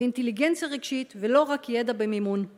אינטליגנציה רגשית ולא רק ידע במימון